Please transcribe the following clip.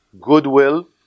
goodwill